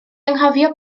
anghofio